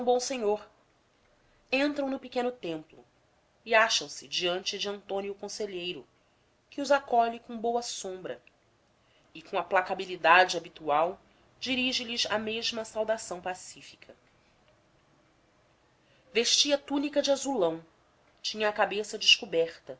bom senhor entram no pequeno templo e acham se diante de antônio conselheiro que os acolhe com boa sombra e com a placabilidade habitual dirige lhes a mesma saudação pacífica retrato de conselheiro vestia túnica de azulão tinha a cabeça descoberta